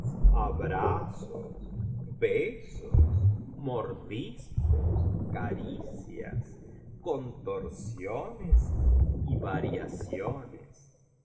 abrazos besos mordiscos caricias contorsiones y variaciones